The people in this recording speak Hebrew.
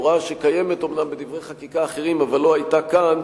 הוראה שקיימת אומנם בדברי חקיקה אחרים אבל לא היתה כאן,